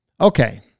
Okay